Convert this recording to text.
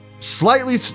Slightly